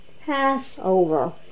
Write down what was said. Passover